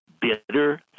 bitter